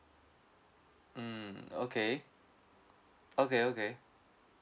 mm okay okay okay